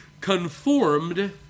conformed